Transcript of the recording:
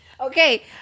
okay